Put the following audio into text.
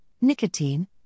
nicotine